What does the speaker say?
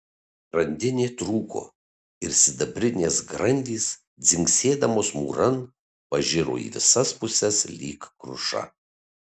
grandinė trūko ir sidabrinės grandys dzingsėdamos mūran pažiro į visas puses lyg kruša